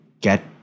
Get